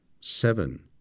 seven